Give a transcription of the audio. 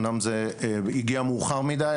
אמנם זה הגיע מאוחר מדי,